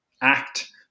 act